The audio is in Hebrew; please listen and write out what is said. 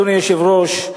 אדוני היושב-ראש,